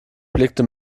blickte